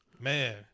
Man